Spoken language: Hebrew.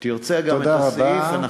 תרצה גם את הסעיף, תודה רבה.